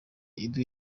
iduha